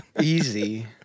Easy